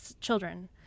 children